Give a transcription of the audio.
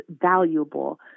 valuable